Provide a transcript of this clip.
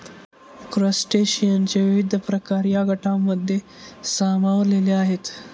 क्रस्टेशियनचे विविध प्रकार या गटांमध्ये सामावलेले आहेत